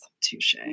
Touche